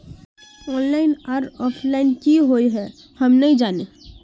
Online आर offline की हुई है हम ना जाने?